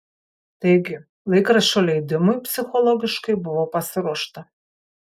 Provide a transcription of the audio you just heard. taigi laikraščio leidimui psichologiškai buvo pasiruošta